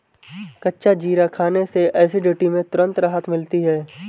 कच्चा जीरा खाने से एसिडिटी में तुरंत राहत मिलती है